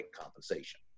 compensation